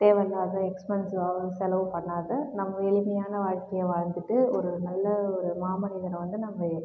தேவையில்லாத எக்ஸ்பென்சிவ்வாகவும் செலவு பண்ணாத நம்ப எளிமையான வாழ்க்கையை வாழ்ந்துகிட்டு ஒரு நல்ல ஒரு மாமனிதனை வந்து நம்ப எ